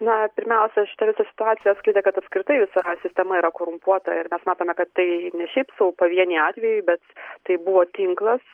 na pirmiausia šita visa situacija atskleidė kad apskritai visa sistema yra korumpuota ir mes matome kad tai ne šiaip sau pavieniai atvejai bet tai buvo tinklas